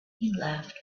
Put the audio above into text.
left